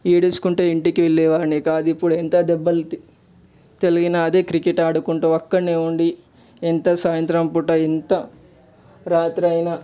ఏడుచుకుంటూ ఇంటికి వెళ్ళేవాడిని కాదు కానీ ఎప్పుడు ఎంత దెబ్బలు తగిలిన అదే క్రికెట్ ఆడుకుంటూ అక్కడనే ఉండి ఎంత సాయంత్రం పూటా ఎంత రాత్రి అయినా